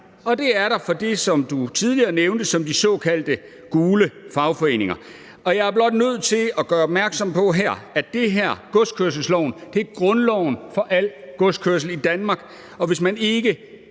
Og det er der for dem, som du tidligere nævnte som de såkaldte gule fagforeninger. Jeg er blot nødt til at gøre opmærksom på, at det her, altså godskørselsloven, er grundloven for al godskørsel i Danmark, og hvis man ikke